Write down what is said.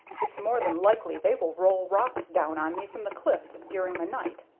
it's more than likely they will roll rocks down on me from the cliffs during the night.